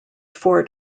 fort